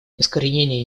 искоренение